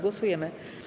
Głosujemy.